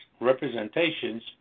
representations